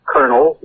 Colonel